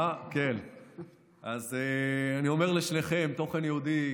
אני אומר לשניכם: תוכן יהודי,